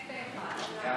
בהצלחה.